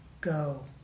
go